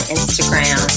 Instagram